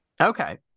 Okay